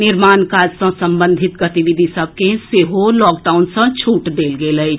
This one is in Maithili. निर्माण कार्य सँ संबंधित गतिविधि सभ के सेहो लॉकडाउन सँ छूट देल गेल अछि